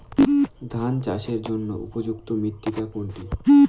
ধান চাষের জন্য উপযুক্ত মৃত্তিকা কোনটি?